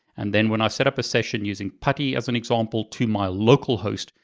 and then when i set up a session using putty as an example to my local host,